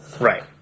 Right